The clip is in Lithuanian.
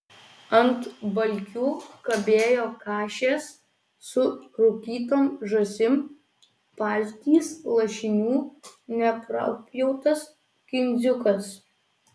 ant balkių kabėjo kašės su rūkytom žąsim paltys lašinių neprapjautas kindziukas